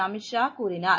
அமித் ஷா கூறினார்